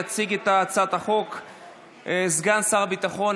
יציג את הצעת החוק סגן שר הביטחון.